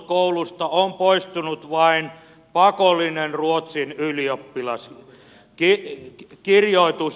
on poistunut vain pakollinen ruotsin ylioppilaskirjoitus